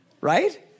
right